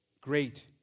Great